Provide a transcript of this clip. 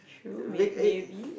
true may maybe